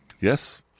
Yes